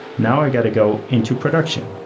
now i got to go into production.